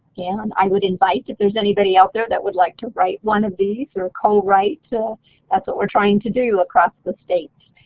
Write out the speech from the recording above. and i would invite if there's anybody out there that would like to write one of these or cowrite that's what we're trying to do across the state.